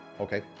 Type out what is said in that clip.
Okay